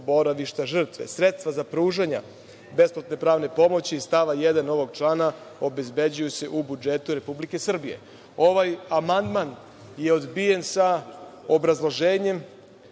boravišta žrtve. Sredstva za pružanje besplatne pravne pomoći iz stava 1. ovog člana obezbeđuju se u budžetu Republike Srbije. Ovaj amandman je odbijen sa obrazloženjem